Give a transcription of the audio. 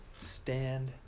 Stand